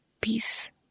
peace